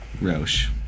Roche